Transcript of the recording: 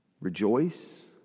rejoice